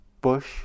bush